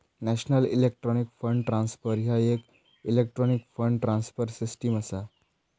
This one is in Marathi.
नॅशनल इलेक्ट्रॉनिक फंड ट्रान्सफर ह्या येक इलेक्ट्रॉनिक फंड ट्रान्सफर सिस्टम असा